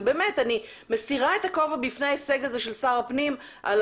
ובאמת אני מסירה את הכובע בפני ההישג הזה של שר הפנים על